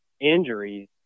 injuries